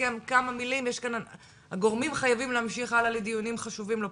כי הגורמים חייבים להמשיך הלאה לדיון ממש חשוב.